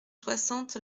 soixante